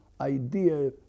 idea